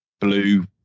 Blue